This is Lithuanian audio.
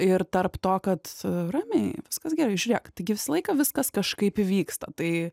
ir tarp to kad ramiai viskas gerai žiūrėk taigi visą laiką viskas kažkaip įvyksta tai